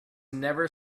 never